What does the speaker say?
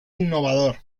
innovador